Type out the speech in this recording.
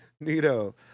Nito